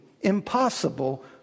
impossible